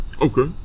Okay